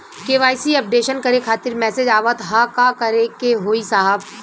KYC updation करें खातिर message आवत ह का करे के होई साहब?